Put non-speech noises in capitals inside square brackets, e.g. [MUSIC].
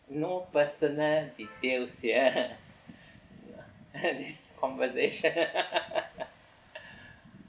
no personal details here [LAUGHS] this conversation [LAUGHS]